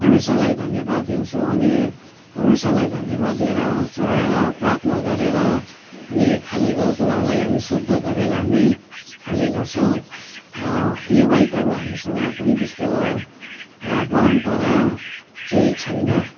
परमेश्वरलाई धन्यवाद दिन्छु अनि परमेश्वरलाई धन्यवाद दिएर चडाएर प्रार्थना गरेर अनि खानेको कुरालाई हामी शुद्ध गरेर हामी खाने गर्छौँ यो बाहेक अरू हामीसँग कुनै त्यस्तो परम्परा चाहिँ छैन